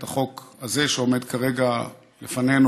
את החוק הזה שעומד כרגע לפנינו,